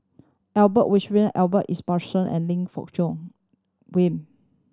Albert Winsemius Robert Ibbetson and Lim Fong Jock